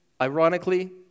ironically